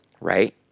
right